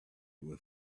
were